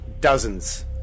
dozens